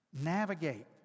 navigate